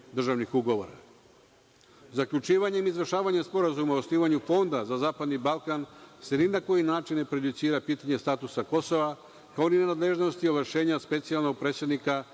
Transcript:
međudržavnih ugovora. Zaključivanjem i izvršavanjem Sporazuma o osnivanju Fonda za zapadni Balkan se ni na koji način ne prejudicira pitanje statusa Kosova, kao ni nadležnosti i ovlašćenja specijalnog predstavnika